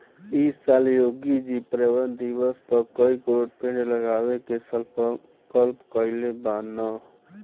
इ साल योगी जी पर्यावरण दिवस पअ कई करोड़ पेड़ लगावे के संकल्प कइले बानअ